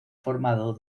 formado